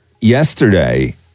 yesterday